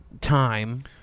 time